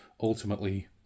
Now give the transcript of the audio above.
ultimately